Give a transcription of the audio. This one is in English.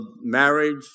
marriage